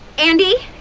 andi!